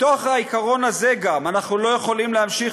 מתוך העיקרון הזה גם אנחנו לא יכולים להמשיך